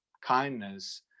kindness